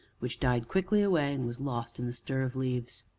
which died quickly away, and was lost in the stir of leaves.